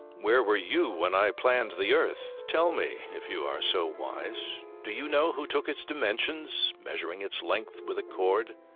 where were you when i planned the earth? tell me, if you are so wise. do you know who took its dimensions, measuring its length with a cord?